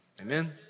Amen